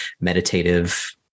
meditative